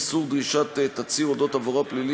איסור דרישת תצהיר אודות עברו הפלילי